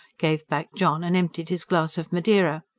gave back john, and emptied his glass of madeira.